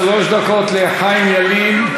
שלוש דקות לחיים ילין.